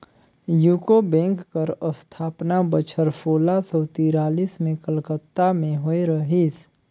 UCO bank कर असथापना बछर सोला सव तिरालिस में कलकत्ता में होए रहिस